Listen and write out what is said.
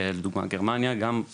לדוגמא: גרמניה, גם שם